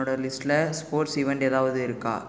என்னோட லிஸ்ட்டில் sports event ஏதாவது இருக்கா